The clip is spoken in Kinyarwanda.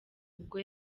ubwo